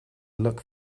look